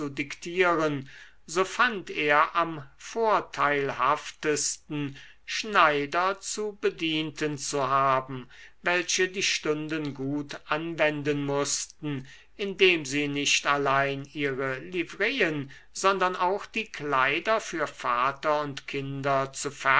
diktieren so fand er am vorteilhaftesten schneider zu bedienten zu haben welche die stunden gut anwenden mußten indem sie nicht allein ihre livreien sondern auch die kleider für vater und kinder